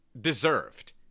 deserved